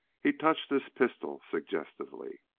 he touched his pistol suggestively.